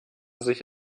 sich